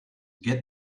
get